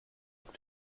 auf